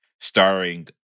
starring